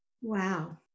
Wow